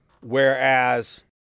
Whereas